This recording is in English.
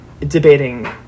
debating